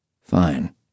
Fine